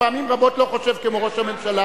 פעמים רבות לא חושב כמו ראש הממשלה,